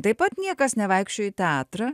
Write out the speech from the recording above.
taip pat niekas nevaikščiojo į teatrą